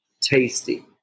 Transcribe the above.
tasty